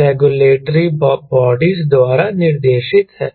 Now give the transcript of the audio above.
regulatory bodies द्वारा निर्देशित हैं